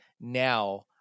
now